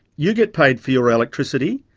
you get paid for your electricity,